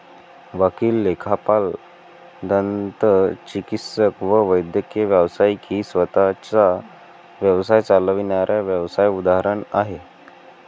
वकील, लेखापाल, दंतचिकित्सक व वैद्यकीय व्यावसायिक ही स्वतः चा व्यवसाय चालविणाऱ्या व्यावसाय उदाहरण आहे